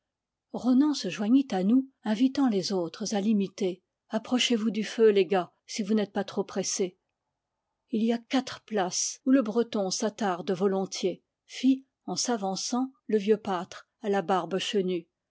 ronan se joignit à nous invitant les autres à l'imiter approchez-vous du feu les gars si vous n'êtes pas trop pressés il y a quatre places où le breton s'attarde volontiers fit en s'avançant le vieux pâtre à la barbe